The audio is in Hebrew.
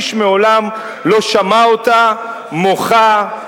איש מעולם לא שמע אותה מוחה,